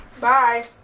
Bye